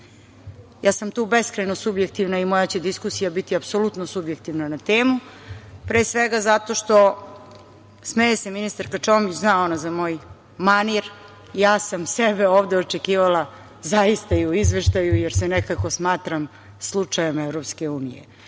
Ja sam tu beskrajno subjektivna i moja će diskusija biti apsolutno subjektivna na temu pre svega zato što, smeje se ministarka Čomić, zna ona za moj manir, ja sam sebe ovde očekivala zaista i u izveštaju jer se nekako smatram slučajem EU